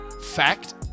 Fact